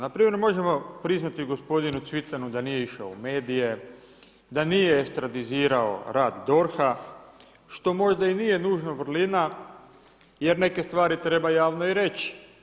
Npr. možemo priznati gospodinu Cvitanu da nije išao u medije, da nije estradizirao rad DORH-a što možda i nije nužno vrlina jer neke stvari treba javno i reći.